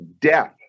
death